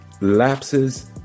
lapses